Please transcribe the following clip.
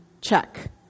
check